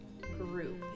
group